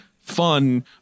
fun